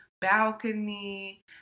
balcony